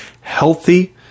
healthy